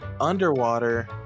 underwater